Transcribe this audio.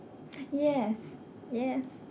yes yes